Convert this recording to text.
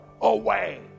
away